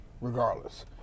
regardless